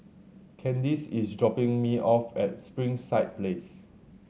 Candyce is dropping me off at Springside Place